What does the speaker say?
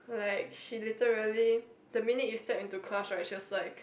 like she literally the minute you step into class right she is just like